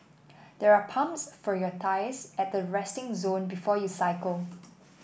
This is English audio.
there are pumps for your tyres at the resting zone before you cycle